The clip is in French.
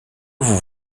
vous